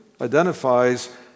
identifies